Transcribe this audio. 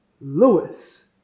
Lewis